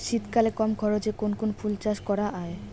শীতকালে কম খরচে কোন কোন ফুল চাষ করা য়ায়?